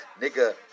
nigga